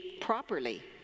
properly